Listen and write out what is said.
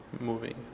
moving